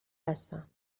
هستم